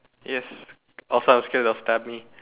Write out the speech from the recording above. yes also I was scared they will stab me